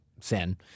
sin